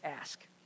ask